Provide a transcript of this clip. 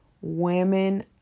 women